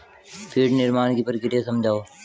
feed निर्माण की प्रक्रिया समझाओ